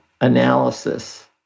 analysis